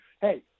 hey